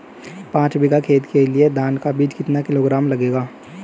पाँच बीघा खेत के लिये धान का बीज कितना किलोग्राम लगेगा?